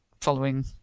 following